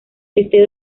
este